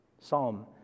Psalm